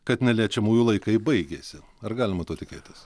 kad neliečiamųjų laikai baigėsi ar galima to tikėtis